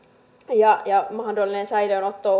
ja ja mahdollinen säilöönotto